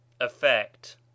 effect